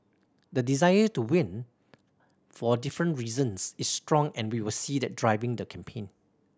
the desire to win for different reasons is strong and we will see that driving the campaign